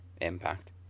Impact